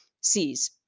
Cs